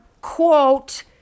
quote